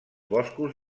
boscos